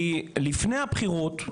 כי לפני הבחירות,